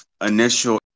initial